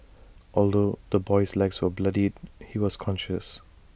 although the boy's legs were bloodied he was conscious